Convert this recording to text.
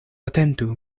atentu